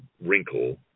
wrinkle